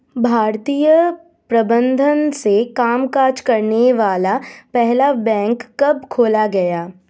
भारतीय प्रबंधन से कामकाज करने वाला पहला बैंक कब खोला गया?